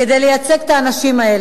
אני באתי לכנסת כדי לייצג את האנשים האלה,